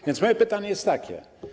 A więc moje pytanie jest takie.